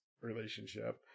relationship